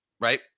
right